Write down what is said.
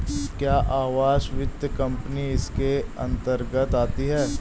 क्या आवास वित्त कंपनी इसके अन्तर्गत आती है?